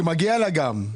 כי מגיעה לה גם.